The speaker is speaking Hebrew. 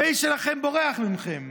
הבייס שלכם בורח מכם.